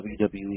WWE